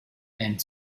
and